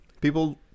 people